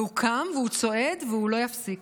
והוא קם והוא צועד והוא לא יפסיק.